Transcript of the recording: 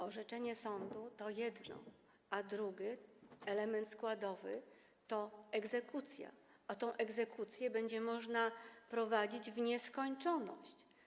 Orzeczenie sądu to jedno, a drugi element składowy to egzekucja, a egzekucję będzie można prowadzić w nieskończoność.